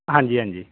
ਹਾਂਜੀ ਹਾਂਜੀ